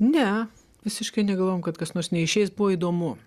ne visiškai negalvojom kad kas nors neišeis buvo įdomu